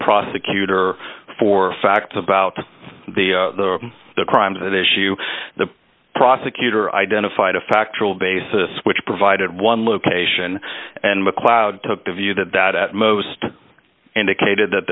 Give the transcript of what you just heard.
prosecutor for facts about the the crimes that issue the prosecutor identified a factual basis which provided one location and mcleod took the view that that at most indicated that